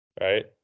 Right